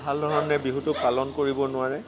ভালধৰণে বিহুটো পালন কৰিব নোৱাৰে